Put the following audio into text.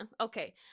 Okay